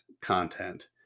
content